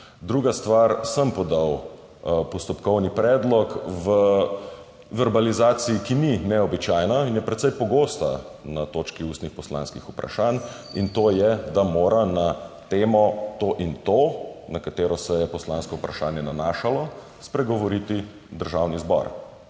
Druga stvar. Sem podal postopkovni predlog v verbalizaciji, ki ni neobičajna in je precej pogosta na točki ustnih poslanskih vprašanj. In to je, da mora na temo to in to, na katero se je poslansko vprašanje nanašalo, spregovoriti državni zbor